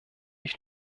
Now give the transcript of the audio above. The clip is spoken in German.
ich